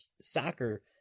soccer